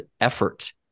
effort